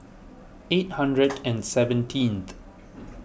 eight hundred and seventeenth